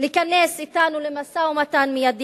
להיכנס אתנו למשא-ומתן מיידי,